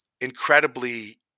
incredibly